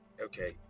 Okay